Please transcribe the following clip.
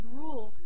rule